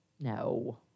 no